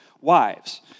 wives